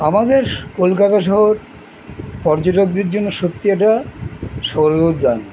আমাদের কলকাতা শহর পর্যটকদের জন্য সত্যি একটা সৌর উদ্যান